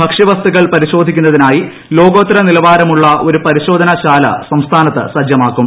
ഭക്ഷ്യവസ്തുക്കൾ പരിശോധിക്കുന്നതിനായി ലോകോത്തര നിലവാരമുള്ള ഒരു പരിശോധന ശാല സംസ്ഥാനത്ത് സജ്ജമാക്കും